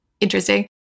interesting